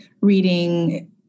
reading